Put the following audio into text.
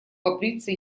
побриться